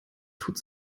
tut